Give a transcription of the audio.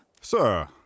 Sir